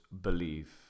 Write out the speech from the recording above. believe